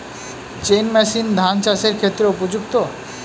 Chain machine ধান চাষের ক্ষেত্রে উপযুক্ত?